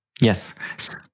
Yes